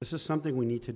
this is something we need to